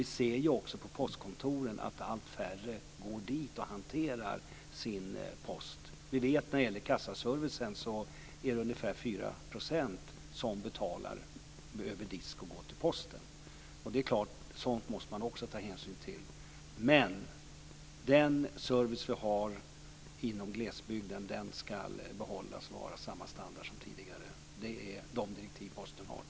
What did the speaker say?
Vi ser också på postkontoren att allt färre går dit och hanterar sin post. När det gäller kassaservicen vet vi att det är ungefär 4 % som betalar över disk och går på posten. Sådant måste man förstås också ta hänsyn till. Men den service som vi har inom glesbygden ska behållas och vara av samma standard som tidigare. Det är de direktiv som Posten har.